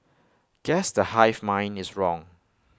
guess the hive mind is wrong